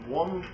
one